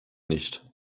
nicht